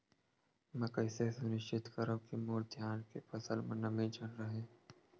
मैं कइसे सुनिश्चित करव कि मोर धान के फसल म नमी झन रहे?